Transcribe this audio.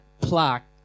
plaque